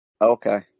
Okay